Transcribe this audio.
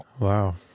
Wow